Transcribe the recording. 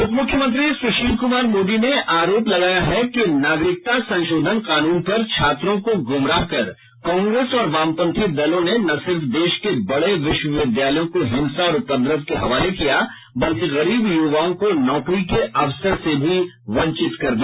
उप मुख्यमंत्री सुशील कुमार मोदी ने आरोप लगाया है कि नागरिकता संशोधन कानून पर छात्रों को गुमराह कर कांग्रेस और वामपंथी दलों ने न सिर्फ देश के बड़े विश्वविद्यालयों को हिंसा और उपद्रव के हवाले किया बल्कि गरीब युवाओं को नौकरी के अवसर से भी वंचित कर दिया